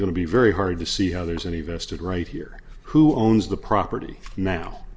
going to be very hard to see how there's any vested right here who owns the property now